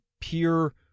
pure